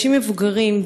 אנשים מבוגרים,